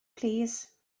plîs